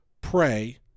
pray